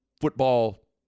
football